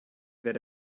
wäre